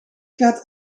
gaat